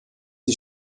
die